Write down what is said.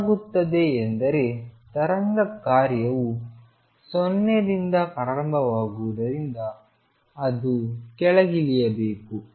ಏನಾಗುತ್ತದೆ ಎಂದರೆ ತರಂಗ ಕಾರ್ಯವು 0 ರಿಂದ ಪ್ರಾರಂಭವಾಗುವುದರಿಂದ ಅದು ಕೆಳಗಿಳಿಯಬೇಕು